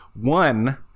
One